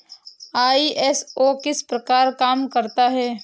ISO किस प्रकार काम करता है